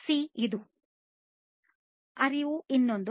ಅರಿವು ಇನ್ನೊಂದು